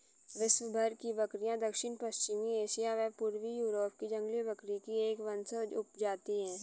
विश्वभर की बकरियाँ दक्षिण पश्चिमी एशिया व पूर्वी यूरोप की जंगली बकरी की एक वंशज उपजाति है